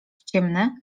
ciemne